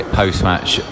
post-match